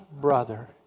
brother